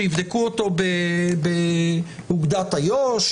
שיבדקו אותו באוגדת איו"ש,